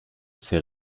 ses